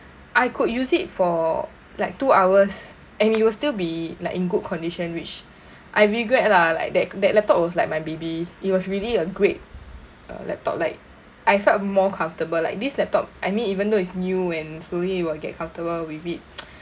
I could use it for like two hours and it will still be like in good condition which I regret lah like that that laptop was like my baby it was really a great uh laptop like I felt more comfortable like this laptop I mean even though it's new and slowly it will get comfortable with it